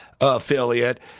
affiliate